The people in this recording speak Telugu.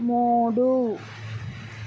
మూడు